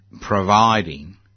providing